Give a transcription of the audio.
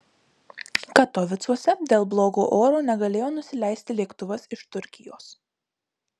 katovicuose dėl blogo oro negalėjo nusileisti lėktuvas iš turkijos